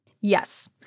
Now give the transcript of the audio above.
Yes